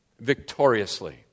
victoriously